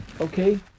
Okay